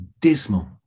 dismal